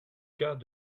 cas